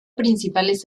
principales